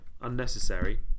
unnecessary